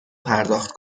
پرداخت